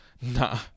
nah